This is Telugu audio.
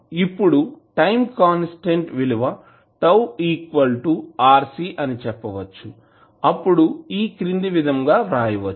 ఇప్పడు టైం కాన్స్టాంట్ విలువ RC అని చెప్పవచ్చు అప్పుడు ఈ క్రింది విధంగా వ్రాయవచ్చు